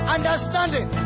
Understanding